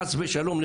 חס ושלום,